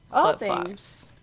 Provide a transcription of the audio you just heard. flip-flops